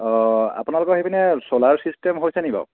অঁ আপোনালোকৰ সেই পিনে চ'লাৰৰ ছিষ্টেম হৈছে নেকি বাৰু